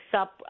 sup